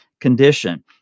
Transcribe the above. condition